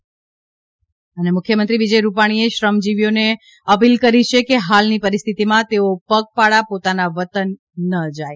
ત મુખ્યમંત્રી વિજયભાઇ રૂપાણીએ શ્રમજીવીઓને અપીલ કરી છે કે હાલની પરિસ્થિતિમાં તેઓ પગપાળા પોતાના વતન ન જાય